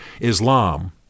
Islam